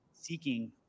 seeking